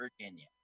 Virginia